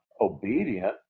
obedient